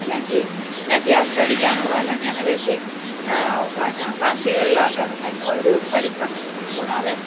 എല്ലാം ചെയ്യും പിന്നെ അത്യാവശ്യം അടിക്കാനുള്ളതെല്ലാം ഞാൻ അതിൽ ചെയ്യും പിന്നെ മാസികകളിലൊക്കെ ത ഓരോ പഠിത്തം കഴിഞ്ഞ് കൂടാതെ